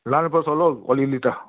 लानुपर्छ होला हौ अलिअलि त